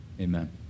amen